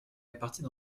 réparties